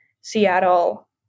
Seattle